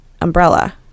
umbrella